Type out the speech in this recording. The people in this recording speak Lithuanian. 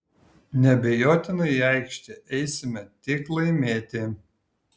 neabejotinai į aikštę eisime tik laimėti